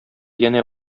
янә